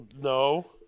no